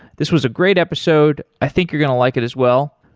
this was a great episode. i think you're going to like it as well.